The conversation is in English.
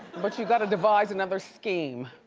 but you gotta devise another scheme.